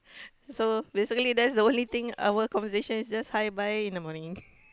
so basically that's the only thing our conversation is just hi bye in the morning